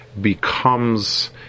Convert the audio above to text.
becomes